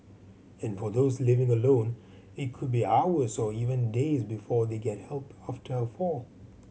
and for those living alone it could be hours or even days before they get help after a fall